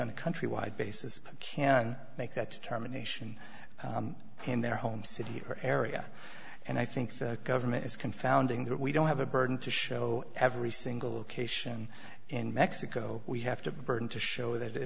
a country wide basis can make that determination in their home city or area and i think the government is confounding that we don't have a burden to show every single cation in mexico we have to burden to show that it